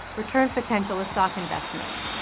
return potential as stock investments.